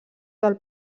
del